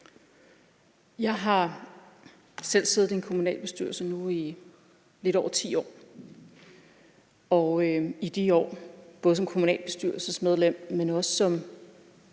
Jeg har selv siddet i en kommunalbestyrelse i nu lidt over 10 år, og i de år har jeg både som kommunalbestyrelsesmedlem, men også som